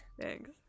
Thanks